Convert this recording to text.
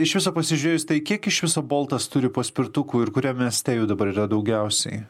iš viso pasižiūrėjus tai kiek iš viso boltas turi paspirtukų ir kuriam mieste jų dabar yra daugiausiai